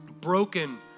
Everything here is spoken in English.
broken